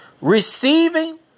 receiving